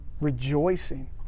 rejoicing